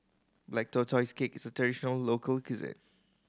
Black Tortoise Cake is traditional local cuisine